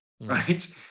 right